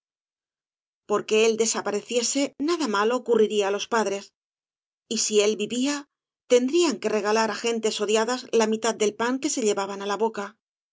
porque él desapareciese nada malo ocurriría á los padres y si él vivía tendrían que regalar á gentes odiadas la mitad del pan que se llevaban á la boca